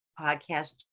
podcast